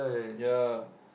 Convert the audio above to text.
yep